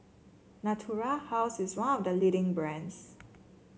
Natura House is one of the leading brands